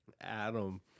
Adam